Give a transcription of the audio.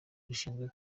rushinzwe